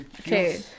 Okay